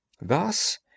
Thus